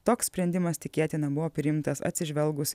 toks sprendimas tikėtina buvo priimtas atsižvelgus